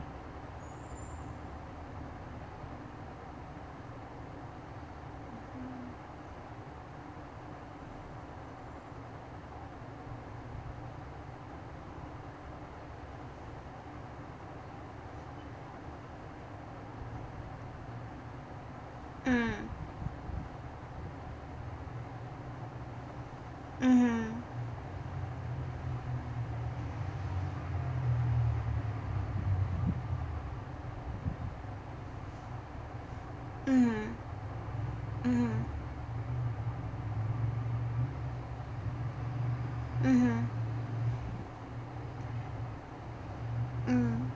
mm mmhmm mmhmm mmhmm mmhmm mm